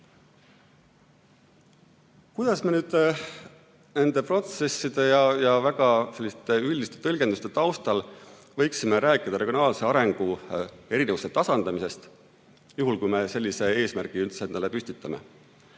Kuidas me nüüd nende protsesside ja väga üldiste tõlgenduste taustal võiksime rääkida regionaalse arengu erinevuste tasandamisest, juhul kui me sellise eesmärgi üldse endale püstitame?